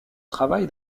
travail